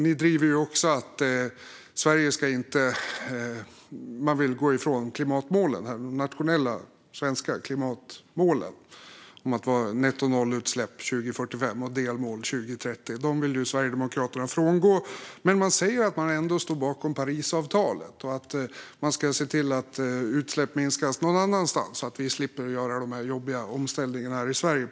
Ni driver ju även att Sverige ska gå ifrån de nationella klimatmålen om nettonollutsläpp 2045 med delmål 2030. Dessa vill Sverigedemokraterna frångå. Ändå säger ni att ni står bakom Parisavtalet och att man ska se till att utsläppen minskas någon annanstans så att vi slipper göra de jobbiga omställningarna här i Sverige.